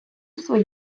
своє